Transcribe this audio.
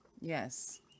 Yes